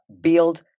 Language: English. build